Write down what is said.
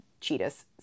cheetah's